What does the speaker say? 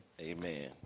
Amen